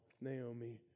Naomi